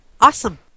Awesome